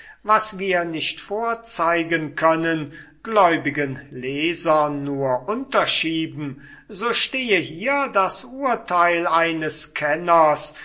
was wir nicht vorzeigen können gläubigen lesern nur unterschieben so stehe hier das urteil eines kenners